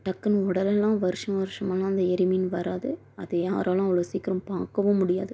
டக்குன்னு உடனேலாம் வருஷ வருஷமெல்லாம் அந்த எரிமீன் வராது அதை யாராலும் அவ்வளோ சீக்கிரம் பார்க்கவும் முடியாது